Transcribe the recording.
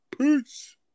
Peace